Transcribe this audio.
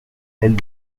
elle